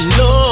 no